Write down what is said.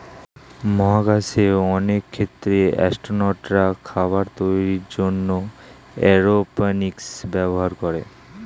মহাকাশে অনেক ক্ষেত্রে অ্যাসট্রোনটরা খাবার তৈরির জন্যে এরওপনিক্স ব্যবহার করে